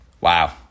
Wow